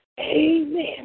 Amen